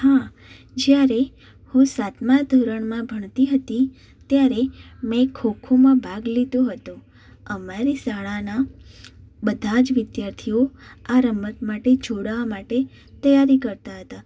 હા જ્યારે હું સાતમા ધોરણમાં ભણતી હતી ત્યારે મેં ખો ખોમાં ભાગ લીધો હતો અમારી શાળાના બધા જ વિદ્યાર્થીઓ આ રમત માટે જોડાવવા માટે તૈયારી કરતા હતા